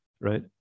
right